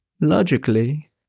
Logically